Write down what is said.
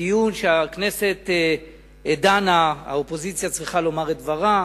דיון שהכנסת דנה, האופוזיציה צריכה לומר את דברה,